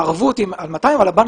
ערבות על 200 מיליון שקלים אבל הבנק